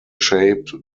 shaped